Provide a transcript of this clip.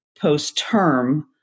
post-term